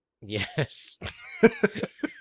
Yes